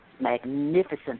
magnificent